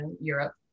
Europe